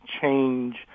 change